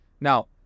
Now